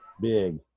big